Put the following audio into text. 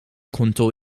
konto